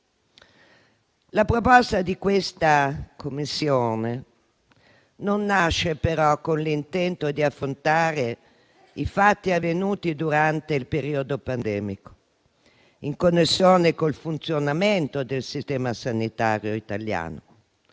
La proposta di questa Commissione non nasce però con l'intento di affrontare i fatti avvenuti durante il periodo pandemico in connessione col funzionamento del sistema sanitario italiano.